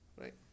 Right